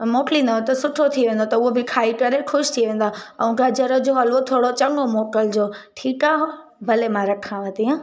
मोकिलींदव त सुठो थी वेंदो त उहो बि खाई करे ख़ुशि थी वेंदा ऐं गजरु जो हलवो थोरो चङो मोकिलिजो ठीकु आहे भले मां रखांव थी हा